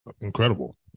incredible